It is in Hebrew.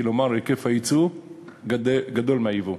כלומר היקף היצוא גדול מהיבוא.